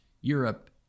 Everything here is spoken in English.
Europe